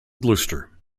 gloucester